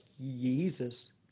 jesus